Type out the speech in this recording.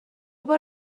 بار